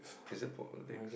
is it